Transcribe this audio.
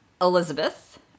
Elizabeth